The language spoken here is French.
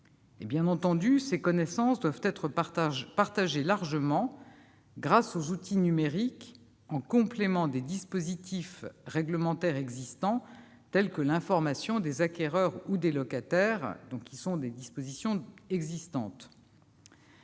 Bien entendu, ces connaissances doivent être partagées largement grâce aux outils numériques, en complément des dispositifs réglementaires existants, tels que l'information des acquéreurs ou des locataires. Deuxièmement,